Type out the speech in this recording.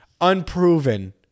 unproven